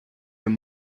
your